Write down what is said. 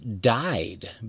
died